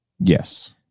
Yes